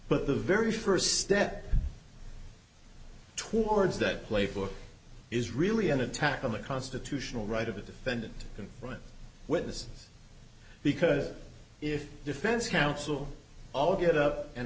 but the very first step towards that play for is really an attack on the constitutional right of the defendant confront witnesses because if defense counsel all get up and